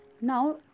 Now